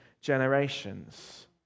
generations